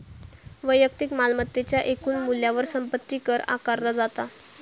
वैयक्तिक मालमत्तेच्या एकूण मूल्यावर संपत्ती कर आकारला जाता